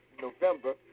November